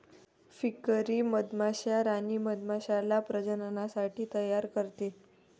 फ्रीकरी मधमाश्या राणी मधमाश्याला प्रजननासाठी तयार करते